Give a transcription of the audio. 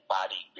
Body